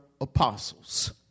apostles